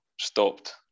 stopped